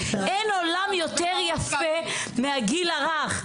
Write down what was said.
אין עולם יותר יפה מהגיל הרך.